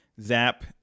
Zap